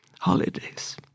holidays